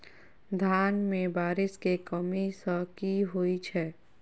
धान मे बारिश केँ कमी सँ की होइ छै?